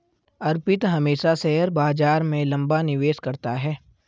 अर्पित हमेशा शेयर बाजार में लंबा निवेश करता है